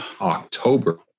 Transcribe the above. October